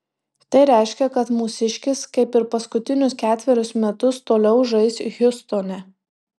tai reiškia kad mūsiškis kaip ir paskutinius ketverius metus toliau žais hjustone